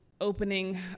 opening